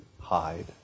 hide